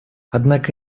однако